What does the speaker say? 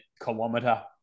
kilometer